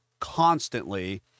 constantly